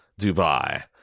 Dubai